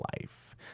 life